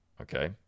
Okay